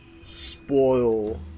spoil